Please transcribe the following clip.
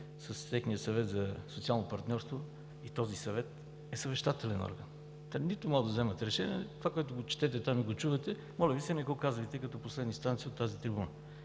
с техния Съвет за социално партньорство е съвещателен орган. Нито могат да вземат решение. Това, което го четете там и го чувате, моля Ви се, не го казвайте като последна инстанция от тази трибуна.